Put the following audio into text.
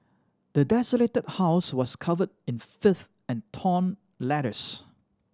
the desolated house was covered in filth and torn letters